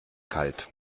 kalt